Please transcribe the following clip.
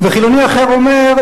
וחילוני אחר אומר,